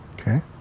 Okay